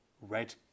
Red